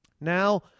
Now